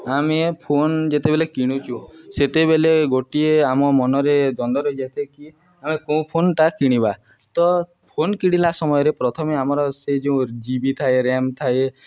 ଆମେ ଫୋନ୍ ଯେତେବେଲେ କିଣୁଛୁ ସେତେବେଲେ ଗୋଟିଏ ଆମ ମନରେ ଦ୍ଵନ୍ଦ ରହିଯାଇଥାଏ କି ଆମେ କେଉଁ ଫୋନ୍ଟା କିଣିବା ତ ଫୋନ୍ କିଣିଲା ସମୟରେ ପ୍ରଥମେ ଆମର ସେ ଯେଉଁ ଜିବି ଥାଏ ରାମ୍ ଥାଏ